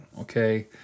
okay